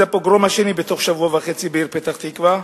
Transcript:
זה הפוגרום השני בתוך שבוע וחצי בעיר פתח-תקווה,